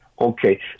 Okay